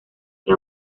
que